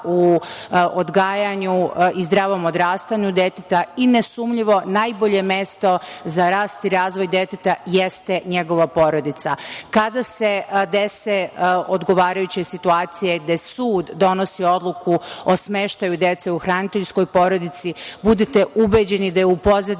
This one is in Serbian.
u odgajanju i zdravom odrastanju deteta, i nesumnjivo najbolje mesto za rast i razvoj deteta jeste njegova porodica. Kada se dese odgovarajuće situacije gde sud donosi odluku o smeštaju dece u hraniteljsku porodicu budite ubeđeni evaluacija,